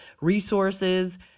resources